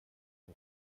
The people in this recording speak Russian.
нам